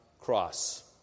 cross